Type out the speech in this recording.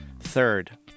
Third